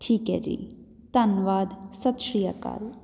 ਠੀਕ ਹੈ ਜੀ ਧੰਨਵਾਦ ਸਤਿ ਸ਼੍ਰੀ ਅਕਾਲ